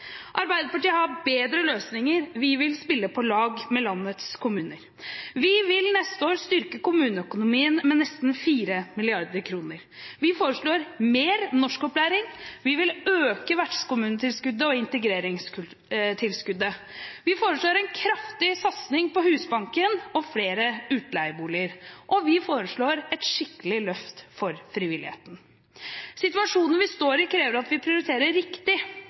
Arbeiderpartiet har bedre løsninger. Vi vil spille på lag med landets kommuner, vi vil neste år styrke kommuneøkonomien med nesten 4 mrd. kr, vi foreslår mer norskopplæring, vi vil øke vertskommunetilskuddet og integreringstilskuddet, vi foreslår en kraftig satsning på Husbanken og flere utleieboliger, og vi foreslår et skikkelig løft for frivilligheten. Situasjonen vi står i, krever at vi prioriterer riktig,